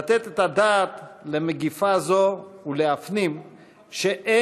לתת את הדעת למגפה זו ולהפנים שלא